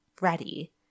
ready